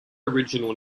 original